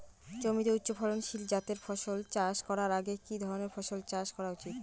জমিতে উচ্চফলনশীল জাতের ফসল চাষ করার আগে কি ধরণের ফসল চাষ করা উচিৎ?